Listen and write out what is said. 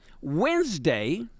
Wednesday